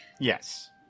Yes